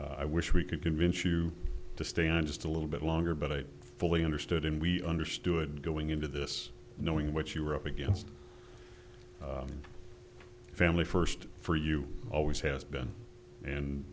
i wish we could convince you to stay on just a little bit longer but i fully understood and we understood going into this knowing what you were up against family first for you always has been and